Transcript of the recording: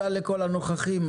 לכל הנוכחים.